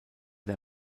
der